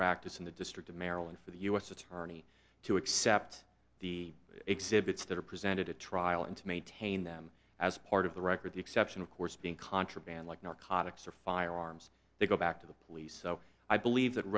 practice in the district of maryland for the u s attorney to accept the exhibits that are presented at trial and to maintain them as part of the record the exception of course being contraband like narcotics or firearms they go back to the police so i believe that